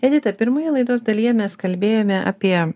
edita pirmoje laidos dalyje mes kalbėjome apie